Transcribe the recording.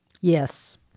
Yes